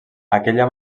aquella